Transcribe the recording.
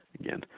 Again